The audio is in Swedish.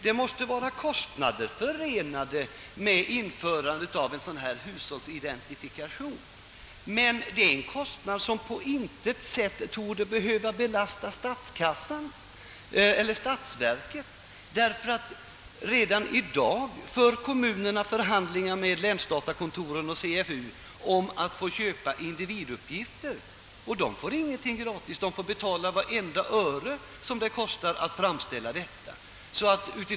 Det måste givetvis vara förenat med kostnader att införa en hushållsidentifikation, men det är en kostnad som på intet sätt torde behöva belasta statsverket, ty redan i dag för kommunerna förhandlingar med länsdatakontoren och CFU om att få köpa individuppgifter. Dessa uppgifter erhålles inte gratis utan får betalas med varje öre det kostar att framställa dem.